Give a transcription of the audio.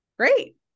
great